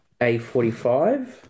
A45